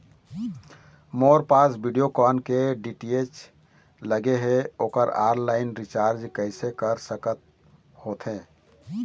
मोर पास वीडियोकॉन के डी.टी.एच लगे हे, ओकर ऑनलाइन रिचार्ज कैसे कर सकत होथे?